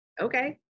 okay